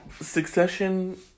Succession